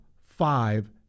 five